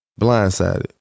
blindsided